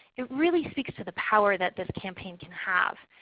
it really speaks to the power that this campaign can have.